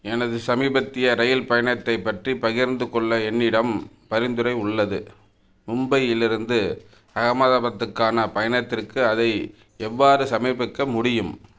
எனது சமீபத்திய ரயில் பயணத்தைப் பற்றிப் பகிர்ந்து கொள்ள என்னிடம் பரிந்துரை உள்ளது மும்பையில் இருந்து அகமதாபாத்துக்கான பயணத்திற்கு அதை எவ்வாறு சமர்ப்பிக்க முடியும்